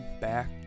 back